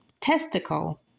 testicle